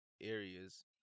areas